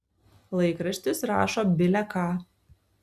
laikraštis rašo bile ką